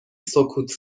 سکوت